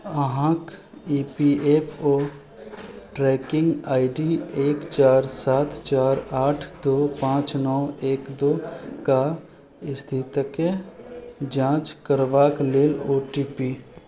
अहाँक E P F O tracking I D एक चारि सात चारि आठ दो पांँच नओ एक दो कऽ स्थितिके जाँच करबाक लेल ओ टी पी